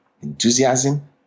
enthusiasm